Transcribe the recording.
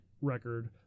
record